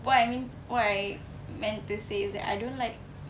what I mean what I meant to say is that I don't like